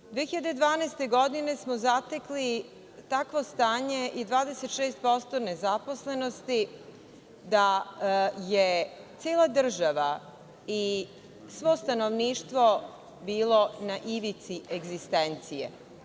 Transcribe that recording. Godine 2012. smo zatekli takvo stanje i 26% nezaposlenosti da je cela država i svo stanovništvo bilo na ivici egzistencije.